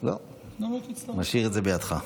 אל תדאג,